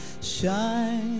shine